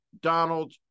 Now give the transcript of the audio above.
Donald